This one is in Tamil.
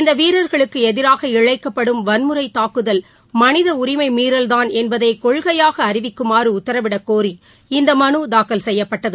இந்த வீரர்களுக்கு எதிராக இழைக்கப்படும் வன்முறை தாக்குதல் மனித உரிமை மீறல்தான் என்பதை கொள்கையாக அறிவிக்குமாறு உத்தரவிடக்கோரி இந்த மனு தாக்கல் செய்யப்பட்டது